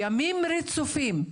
ימים רצופים.